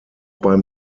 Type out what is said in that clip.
beim